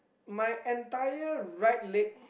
my entire right leg